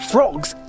Frogs